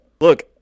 look